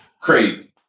Crazy